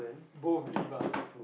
both leave ah